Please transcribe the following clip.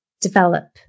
develop